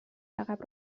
عقب